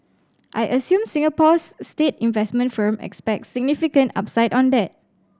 I assume Singapore's state investment firm expects significant upside on that